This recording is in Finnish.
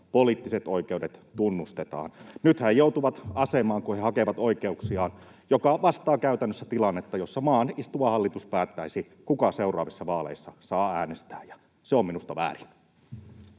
poliittiset oikeudet tunnustetaan. Nythän he joutuvat asemaan, kun he hakevat oikeuksiaan, joka vastaa käytännössä tilannetta, jossa maan istuva hallitus päättäisi, kuka seuraavissa vaaleissa saa äänestää, ja se on minusta väärin.